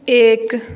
एक